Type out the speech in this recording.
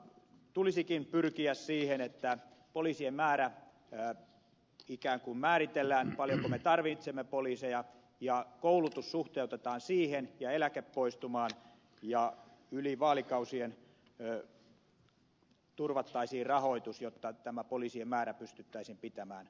tulisikin pyrkiä siihen että poliisien määrä ikään kuin määritellään paljonko me tarvitsemme poliiseja ja koulutus suhteutetaan siihen ja eläkepoistumaan ja yli vaalikausien turvattaisiin rahoitus jotta poliisien määrä pystyttäisiin pitämään